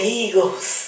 eagles